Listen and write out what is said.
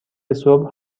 صبح